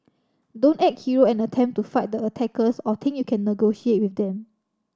don't act hero and attempt to fight the attackers or think you can negotiate with them